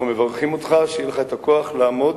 אנחנו מברכים אותך שיהיה לך הכוח לעמוד